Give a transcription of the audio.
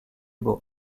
beau